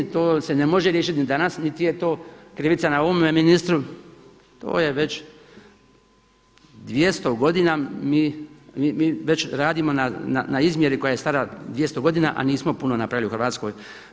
To se ne može riješiti ni danas niti je to krivica na ovome ministru, to je već, 200 godina mi već radimo na izmjeri koja je stara 200 godina a nismo puno napravili u Hrvatskoj.